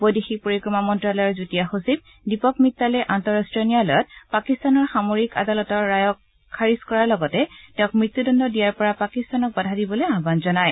বৈদেশিক পৰিক্ৰমা মন্তালয়ৰ যুটীয়া সচিব দীপক মিটালে আন্তঃৰাষ্টীয় ন্যায়ালয়ত পাকিস্তানৰ সামৰিক আদালতৰ ৰায়ক খাৰিজ কৰাৰ লগতে তেওঁক মত্যদণ্ড দিয়াৰ পৰা পাকিস্তানক বাধা দিবলৈ আয়ন জনায়